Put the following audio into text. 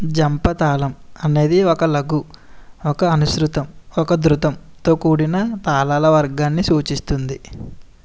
ఝంప తాళం అనేది ఒక లఘు ఒక అనుశ్రుతం ఒక ధృతం తో కూడిన తాళాల వర్గాన్ని సూచిస్తుంది